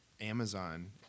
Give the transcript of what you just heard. Amazon